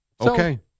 Okay